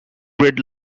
red